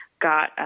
got